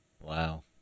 Wow